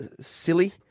silly